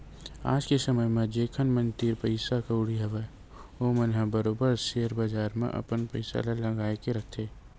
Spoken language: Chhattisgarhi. आज के समे म जेखर मन तीर पइसा कउड़ी हवय ओमन ह बरोबर सेयर बजार म अपन पइसा ल लगा के रखथे